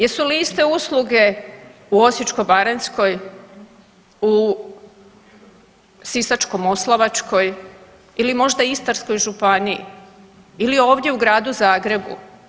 Jesu li iste usluge u Osječko-baranjskoj, u Sisačko-moslavačkoj ili možda Istarskoj županiji ili ovdje u Gradu Zagrebu?